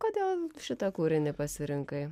kodėl šitą kūrinį pasirinkai